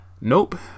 Nope